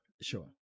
sure